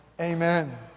Amen